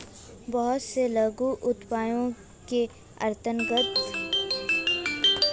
बहुत से लघु उद्योगों के अंतर्गत कूटू का आटा छोटे पैकेट में उपलब्ध होने लगा है